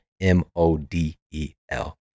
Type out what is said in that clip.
M-O-D-E-L